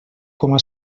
coma